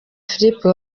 philippe